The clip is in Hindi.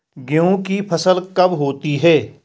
गेहूँ की फसल कब होती है?